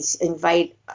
invite